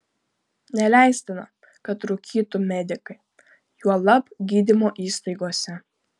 neleistina kad rūkytų medikai juolab gydymo įstaigose